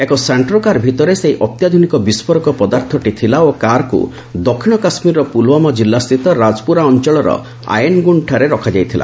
ଏକ ସାଷ୍ଟ୍ରୋ କାର୍ ଭିତରେ ସେହି ଅତ୍ୟାଧୁନିକ ବିସ୍ଫୋରକ ପଦାର୍ଥଟି ଥିଲା ଓ କାର୍ଟିକୁ ଦକ୍ଷିଣ କାଶ୍ମୀରର ପୁଲୁୱାମା କିଲ୍ଲାସ୍ଥିତ ରାଜପୁରା ଅଞ୍ଚଳର ଆୟେନଗୁଣ୍ଡ୍ଠାରେ ରଖାଯାଇଥିଲା